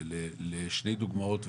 לשתי דוגמאות,